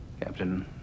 Captain